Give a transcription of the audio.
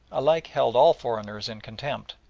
alike held all foreigners in contempt,